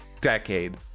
decade